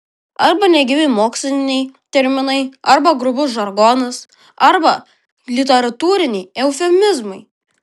arba negyvi moksliniai terminai arba grubus žargonas arba literatūriniai eufemizmai